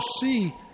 see